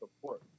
support